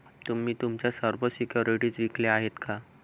तुम्ही तुमच्या सर्व सिक्युरिटीज विकल्या आहेत का?